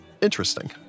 interesting